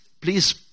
please